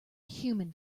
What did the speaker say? human